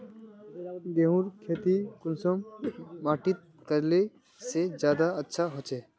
गेहूँर खेती कुंसम माटित करले से ज्यादा अच्छा हाचे?